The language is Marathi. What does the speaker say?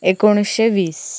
एकोणीसशे वीस